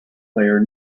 player